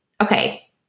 okay